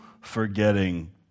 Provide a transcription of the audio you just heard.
forgetting